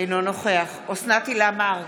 אינו נוכח אוסנת הילה מארק,